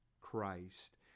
Christ